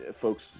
Folks